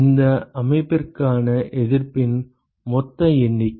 இந்த அமைப்பிற்கான எதிர்ப்பின் மொத்த எண்ணிக்கை